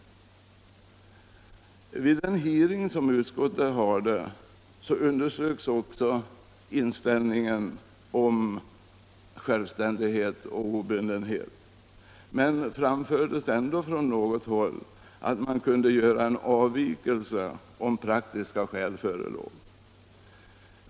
Vid den hearing som utskottet hade underströks också den positiva inställningen till självständighet och obundenhet. Men det framfördes ändå från något håll att man kunde göra en avvikelse om praktiska skäl förelåg.